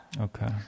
Okay